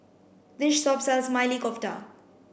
this shop sells Maili Kofta